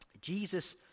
Jesus